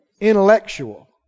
Intellectual